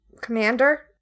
commander